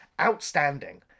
Outstanding